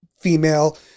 female